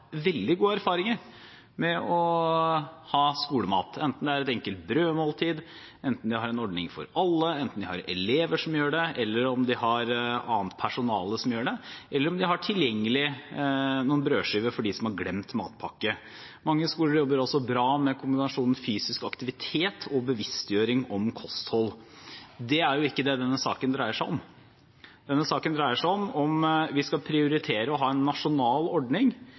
veldig gode erfaringer med å ha skolemat, enten det er et enkelt brødmåltid, enten de har en ordning for alle – enten de har elever som gjør det, eller om de har annet personale som gjør det – eller om de har tilgjengelig noen brødskiver for dem som har glemt matpakke. Mange skoler jobber også bra med kombinasjonen fysisk aktivitet og bevisstgjøring om kosthold. Men det er jo ikke det denne saken dreier seg om. Denne saken dreier seg om vi skal prioritere å ha en nasjonal ordning